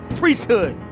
priesthood